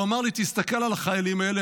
והוא אמר לי: תסתכל על החיילים האלה,